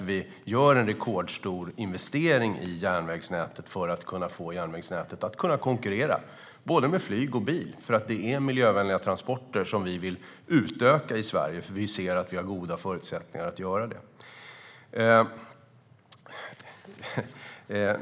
Vi gör en rekordstor investering i järnvägsnätet för att få det att kunna konkurrera med både flyg och bil. Vi vill utöka de miljövänliga transporterna i Sverige, och vi ser att vi har goda förutsättningar att göra det.